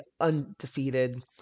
undefeated